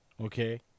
okay